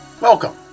Welcome